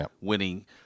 winning